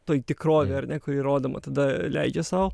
toj tikrovėj ar ne kuri rodoma tada leidžia sau